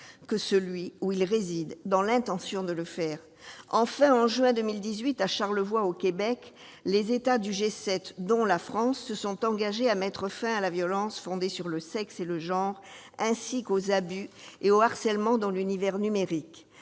que celui où il réside dans l'intention de le faire. Enfin, en juin 2018, à Charlevoix au Québec, les États du G7, dont la France, se sont engagés à mettre fin à la violence fondée sur le sexe et le genre, ainsi qu'aux abus et au harcèlement dans l'univers numérique,